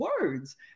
words